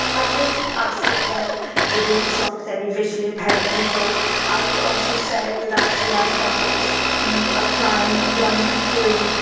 i've written, asking them did they consult with any visually impaired people and also saying that actually i felt it was you know applying a blanket rule,